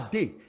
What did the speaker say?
day